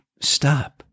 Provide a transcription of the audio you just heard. stop